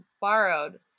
borrowed